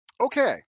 Okay